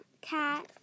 Cat